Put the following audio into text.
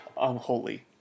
unholy